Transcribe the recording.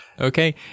okay